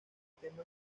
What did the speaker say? tema